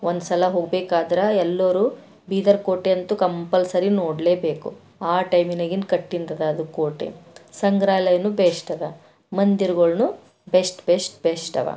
ಒಂದ್ಸಲ ಹೋಗ್ಬೇಕಾದ್ರೆ ಎಲ್ಲರೂ ಬೀದರ್ ಕೋಟೆಯಂತೂ ಕಂಪಲ್ಸರಿ ನೋಡ್ಲೇಬೇಕು ಆ ಟೈಮಿನಾಗಿಂದ ಕಟ್ಟಿಂದದ ಅದು ಕೋಟೆ ಸಂಗ್ರಾಲಯನೂ ಬೆಶ್ಟ್ ಅದ ಮಂದಿರಗಳ್ನೂ ಬೆಸ್ಟ್ ಬೆಶ್ಟ್ ಬೆಶ್ಟ್ ಅದ